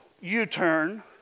U-turn